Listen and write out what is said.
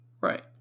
Right